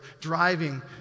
driving